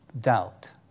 Doubt